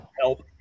help